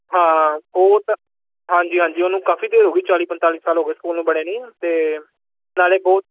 ਹਾਂ ਉਹ ਤਾਂ ਹਾਂਜੀ ਹਾਂਜੀ ਉਹਨੂੰ ਕਾਫੀ ਦੇਰ ਹੋ ਗਈ ਚਾਲੀ ਪੰਜਤਾਲੀ ਸਾਲ ਹੋ ਗਏ ਸਕੂਲ ਨੂੰ ਬਣੇ ਨੂੰ ਅਤੇ ਨਾਲੇ ਬਹੁਤ